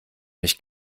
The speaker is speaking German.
mich